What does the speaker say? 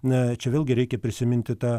na čia vėlgi reikia prisiminti tą